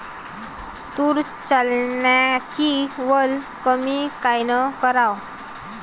तूर, चन्याची वल कमी कायनं कराव?